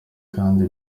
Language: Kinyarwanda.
kandi